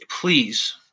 Please